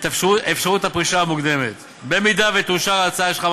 אפשרות הפרישה המוקדמת במידה שתאושר ההצעה שלך,